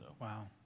Wow